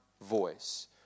voice